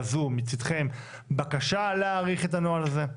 יזום מצדכם בקשה להאריך את הנוהל הזה?